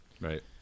right